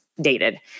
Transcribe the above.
dated